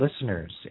listeners